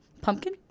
pumpkin